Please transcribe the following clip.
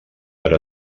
per